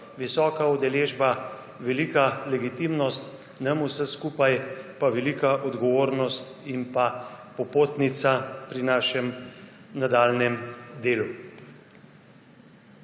Visoka udeležba, velika legitimnost, nam vsem skupaj pa velika odgovornost in pa popotnica pri našem nadaljnjem delu.